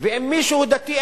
ואם מישהו דתי,